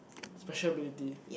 special ability